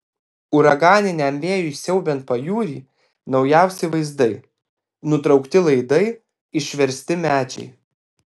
uraganiniam vėjui siaubiant pajūrį naujausi vaizdai nutraukti laidai išversti medžiai